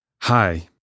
Hi